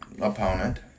opponent